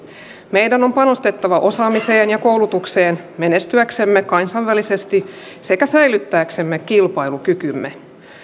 meidän on on panostettava osaamiseen ja koulutukseen menestyäksemme kansainvälisesti sekä säilyttääksemme kilpailukykymme